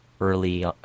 early